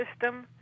system